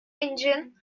engine